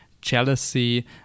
jealousy